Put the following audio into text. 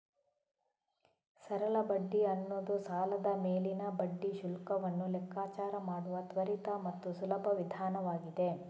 ಸರಳ ಬಡ್ಡಿ ಅನ್ನುದು ಸಾಲದ ಮೇಲಿನ ಬಡ್ಡಿ ಶುಲ್ಕವನ್ನ ಲೆಕ್ಕಾಚಾರ ಮಾಡುವ ತ್ವರಿತ ಮತ್ತು ಸುಲಭ ವಿಧಾನ ಆಗಿದೆ